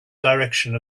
direction